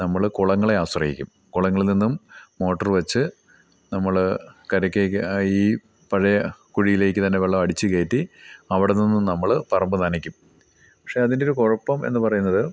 നമ്മൾ കുളങ്ങളെ ആശ്രയിക്കും കുളങ്ങളിൽ നിന്നും മോട്ടർ വെച്ച് നമ്മൾ കരയ്ക്കൊക്കെ ഈ പഴയ കുഴിയിലേക്കു തന്നെ വെള്ളം അടിച്ചു കയറ്റി അവിടെ നിന്നും നമ്മൾ പറമ്പ് നനക്കും പക്ഷേ അതിൻറ്റൊരു കുഴപ്പം എന്നു പറയുന്നത്